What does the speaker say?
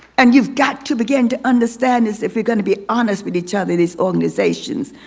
and you've got to begin to understand this if you're going to be honest with each other. these organizations.